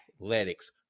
athletics